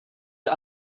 ihr